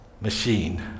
machine